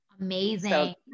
Amazing